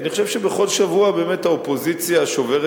אני חושב שבכל שבוע באמת האופוזיציה שוברת